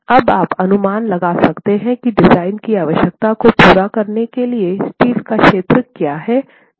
और इसलिए अब आप अनुमान लगा सकते हैं कि डिज़ाइन की आवश्यकता को पूरा करने के लिए स्टील का क्षेत्र क्या है जो आवश्यक है